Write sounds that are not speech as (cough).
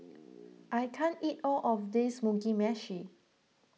(noise) I can't eat all of this Mugi Meshi